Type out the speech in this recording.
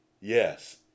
Yes